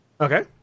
Okay